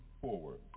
forward